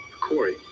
Corey